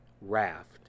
raft